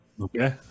Okay